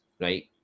right